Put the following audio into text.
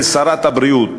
לשרת הבריאות,